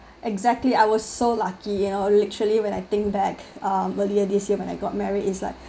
exactly I was so lucky you know literally when I think back earlier this year when I got married is like